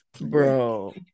bro